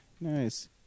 Nice